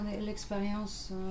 l'expérience